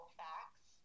facts